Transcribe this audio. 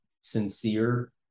sincere